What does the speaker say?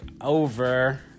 over